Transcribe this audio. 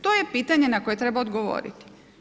To je pitanje na koje treba odgovoriti.